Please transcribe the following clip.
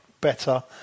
better